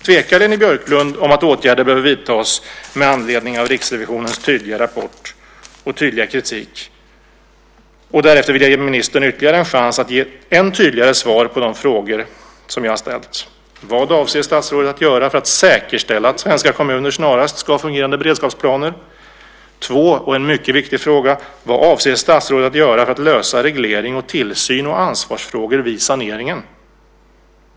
Tvekar Leni Björklund om att åtgärder behöver vidtas med anledning av Riksrevisionens tydliga rapport och tydliga kritik? Därefter vill jag ge ministern ytterligare en chans att ge än tydligare svar på de frågor som jag har ställt. Vad avser statsrådet att göra för att säkerställa att svenska kommuner snarast ska ha fungerande beredskapsplaner? Och en mycket viktig fråga till: Vad avser statsrådet att göra för att lösa reglering, tillsyn och ansvarsfrågor vid saneringen?